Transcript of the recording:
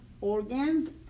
organs